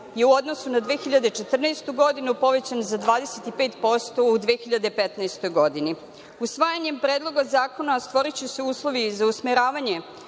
je u odnosu na 2014. godinu povećan za 25% u 2015. godini. Usvajanjem Predloga zakona stvoriće se uslovi za usmeravanje